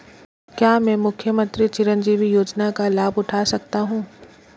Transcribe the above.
क्या मैं मुख्यमंत्री चिरंजीवी योजना का लाभ उठा सकता हूं?